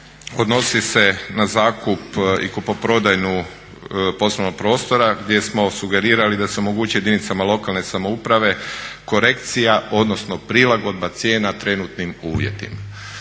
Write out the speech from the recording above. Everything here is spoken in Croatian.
odnosi se na zakup i kupoprodaju poslovnog prostora gdje smo sugerirali da se omogući jedinicama lokalne samouprave korekcija, odnosno prilagodba cijena trenutnim uvjetima.